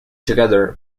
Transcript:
together